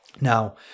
now